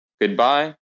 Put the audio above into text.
Goodbye